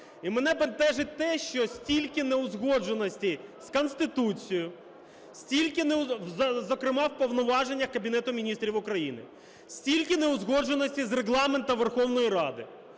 І мене бентежить те, що стільки неузгодженостей з Конституцією, скільки, зокрема, в повноваженнях Кабінету Міністрів України, стільки неузгодженостей з Регламентом Верховної Ради.